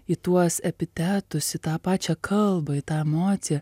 į tuos epitetus į tą pačią kalbą į tą emociją